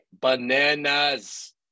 bananas